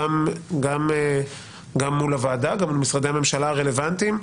גם מול הוועדה וגם מול משרדי הממשלה הרלוונטיים,